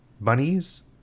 bunnies